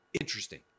Interesting